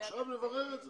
אפשר לברר את זה.